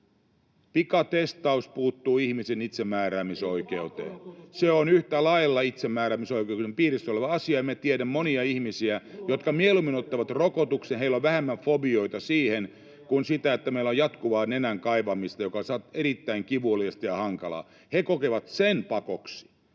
Peltokangas: Eikö pakkorokotus puutu?] Se on yhtä lailla itsemääräämisoikeuden piirissä oleva asia, ja me tiedämme monia ihmisiä, jotka mieluummin ottavat rokotuksen; heillä on vähemmän fobioita siihen kuin siihen, että meillä on jatkuvaa nenän kaivamista, joka saattaa olla erittäin kivuliasta ja hankalaa. He kokevat sen pakoksi.